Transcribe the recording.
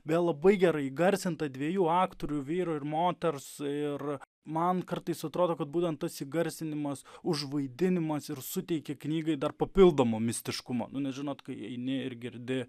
beje labai gerai įgarsinta dviejų aktorių vyro ir moters ir man kartais atrodo kad būtent tas įgarsinimas užvaidinimas ir suteikia knygai dar papildomo mistiškumo nu na žinot kai eini ir girdi